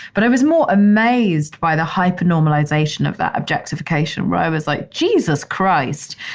but i was more amazed by the hyper-normalization of that objectification. where i was like, jesus christ,